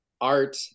art